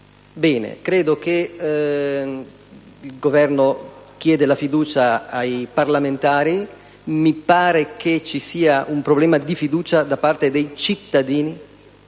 della fiducia. Il Governo chiede la fiducia ai parlamentari, ma a me pare che vi sia un problema di fiducia da parte dei cittadini